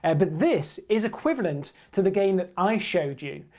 ah but this is equivalent to the game that i showed you.